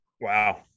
wow